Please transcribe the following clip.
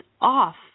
off